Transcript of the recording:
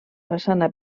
façana